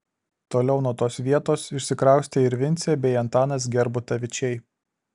toliau nuo tos vietos išsikraustė ir vincė bei antanas gerbutavičiai